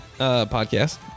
podcast